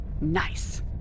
Nice